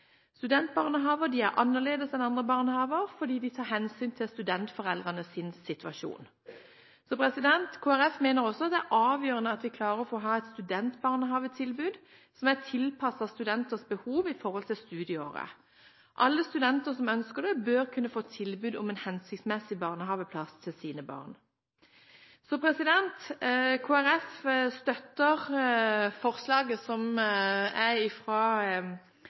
Studentbarnehager er annerledes enn andre barnehager fordi de tar hensyn til studentforeldrenes situasjon. Kristelig Folkeparti mener også det er avgjørende å ha et studentbarnehagetilbud som er tilpasset studenters behov i forhold til studieåret. Alle studenter som ønsker det, bør kunne få tilbud om en hensiktsmessig barnehageplass til sine barn. Kristelig Folkeparti støtter forslaget, som støttes av opposisjonen, om å få til bedre overgangsordninger mellom studier og foreldrepermisjon. Det tror vi er